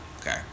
okay